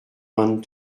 vingt